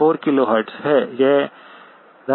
यह 1764 KHz है